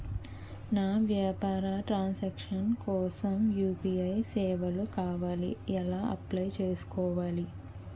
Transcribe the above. నా వ్యాపార transaction కోసం యు.పి.ఐ సేవలు కావాలి ఎలా అప్లయ్ చేసుకోవాలి?